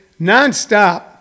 nonstop